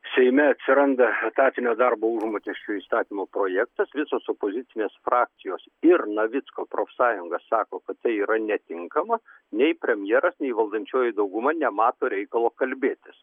seime atsiranda etatinio darbo užmokesčio įstatymo projektas visos opozicinės frakcijos ir navicko profsąjunga sako kad tai yra netinkama nei premjeras nei valdančioji dauguma nemato reikalo kalbėtis